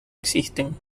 existen